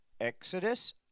Exodus